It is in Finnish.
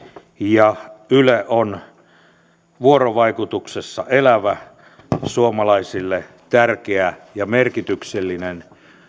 ja yle on vuorovaikutuksessa elävä suomalaisille tärkeä ja merkityksellinen